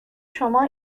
شما